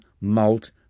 malt